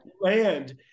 land